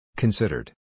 Considered